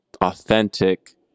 authentic